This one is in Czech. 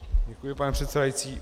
Děkuji, pane předsedající.